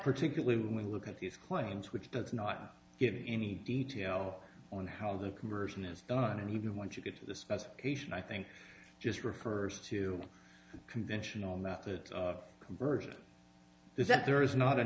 particularly when we look at these claims which does not give you any detail on how the conversion is done and even once you get to the specification i think just refers to conventional methods of conversion is that there is not a